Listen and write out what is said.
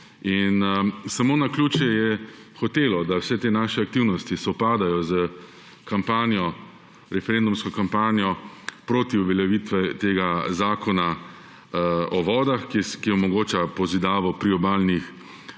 Samo naključje je hotelo, da vse te naše aktivnosti sovpadajo s kampanjo, referendumsko kampanjo proti uveljavitvi tega Zakona o vodah, ki omogoča pozidavo priobalnih